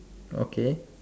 okay